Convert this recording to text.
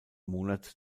monat